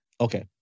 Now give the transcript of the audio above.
Okay